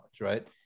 right